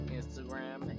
Instagram